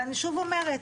ואני שוב אומרת,